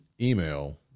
email